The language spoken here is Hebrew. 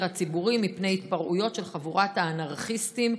הציבורי מפני התפרעויות של חבורת האנרכיסטים,